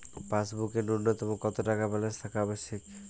পাসবুকে ন্যুনতম কত টাকা ব্যালেন্স থাকা আবশ্যিক?